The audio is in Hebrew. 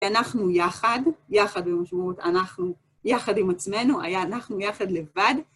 אנחנו יחד, יחד במשמעות, אנחנו יחד עם עצמנו, היה אנחנו יחד לבד.